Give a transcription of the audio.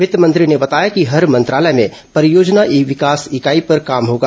वित्त मंत्री ने बताया कि हर मंत्रालय में परियोजना विकास इकाई पर काम होगा